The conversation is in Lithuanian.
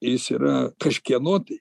jis yra kažkieno tai